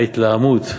ההתלהמות,